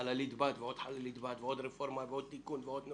חללית בת ועוד חללית בת ועוד רפורמה ועוד תיקון.